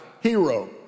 hero